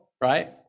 right